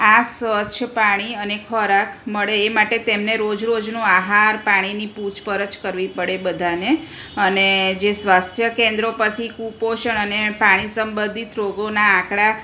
આ સ્વચ્છ પાણી અને ખોરાક મળે એ માટે તેમને રોજ રોજનો આહાર પાણીની પૂછપરછ કરવી પડે બધાને અને જે સ્વાસ્થ્ય કેન્દ્રો પરથી કુપોષણ અને પાણી સંબંધિત રોગોના આંકડા